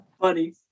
Funny